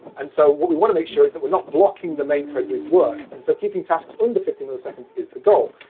and so what we want to make sure is that we're not blocking the main thread with work. and so keeping tasks under fifty milliseconds is the goal.